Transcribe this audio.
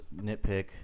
nitpick